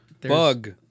bug